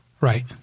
Right